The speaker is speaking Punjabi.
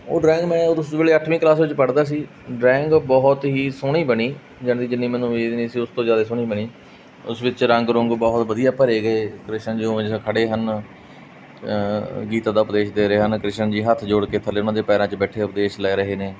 ਉਹ ਡਰਾਇੰਗ ਮੈਂ ਉਦੋਂ ਉਸ ਵੇਲੇ ਅੱਠਵੀਂ ਕਲਾਸ ਵਿੱਚ ਪੜ੍ਹਦਾ ਸੀ ਡਰਾਇੰਗ ਬਹੁਤ ਹੀ ਸੋਹਣੀ ਬਣੀ ਯਾਨੀ ਦੀ ਜਿੰਨੀ ਮੈਨੂੰ ਉਮੀਦ ਨਹੀਂ ਸੀ ਉਸ ਤੋਂ ਜ਼ਿਆਦਾ ਸੋਹਣੀ ਬਣੀ ਉਸ ਵਿੱਚ ਰੰਗ ਰੁੰਗ ਬਹੁਤ ਵਧੀਆ ਭਰੇ ਗਏ ਕ੍ਰਿਸ਼ਨ ਜੀ ਉਵੇਂ ਜਿੱਦਾਂ ਖੜੇ ਹਨ ਗੀਤਾ ਦਾ ਉਪਦੇਸ਼ ਦੇ ਰਹੇ ਹਨ ਕ੍ਰਿਸ਼ਨ ਜੀ ਹੱਥ ਜੋੜ ਕੇ ਥੱਲੇ ਉਹਨਾਂ ਦੇ ਪੈਰਾਂ 'ਚ ਬੈਠੇ ਉਪਦੇਸ਼ ਲੈ ਰਹੇ ਨੇ